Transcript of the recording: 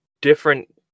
different